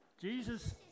Jesus